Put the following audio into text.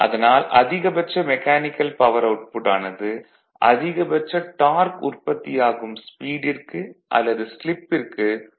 அதனால் அதிகபட்ச mechanical power output ஆனது அதிகபட்ச டார்க் உற்பத்தியாகும் ஸ்பீடிற்கு அல்லது ஸ்லிப்பிற்கு ஒத்துப் போகாது